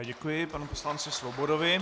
Děkuji panu poslanci Svobodovi.